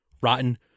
Rotten